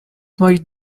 might